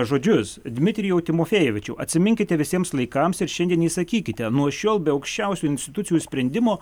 žodžius dmitrijau timofėjevičiau atsiminkite visiems laikams ir šiandien įsakykite nuo šiol be aukščiausių institucijų sprendimo